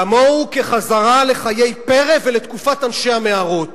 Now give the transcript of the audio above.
כמוהו כחזרה לחיי פרא ולתקופת אנשי המערות.